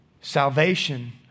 Salvation